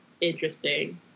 interesting